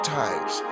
times